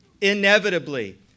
inevitably